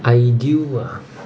ideal ah